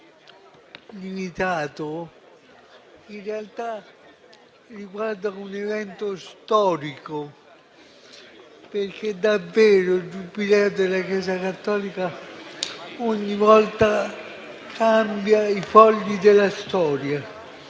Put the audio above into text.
sembra limitato, in realtà riguarda un evento storico, perché davvero il Giubileo della Chiesa cattolica ogni volta cambia i fogli della storia,